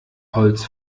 holz